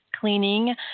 cleaning